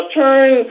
turn